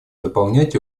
дополнять